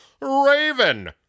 Raven